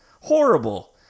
Horrible